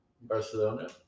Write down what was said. Barcelona